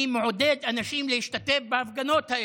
אני מעודד אנשים להשתתף בהפגנות האלה,